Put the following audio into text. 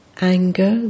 anger